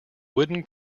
wooden